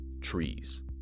trees